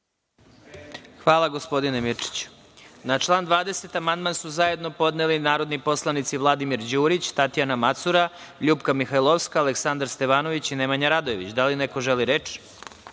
Hvala, gospodine Mirčiću. Na član 20. amandman su zajedno podneli narodni poslanici Vladimir Đurić, Tatjana Macura, Ljupka Mihajlovska, Aleksandar Stevanović i Nemanja Radojević. Da li neko želi reč?